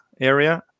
area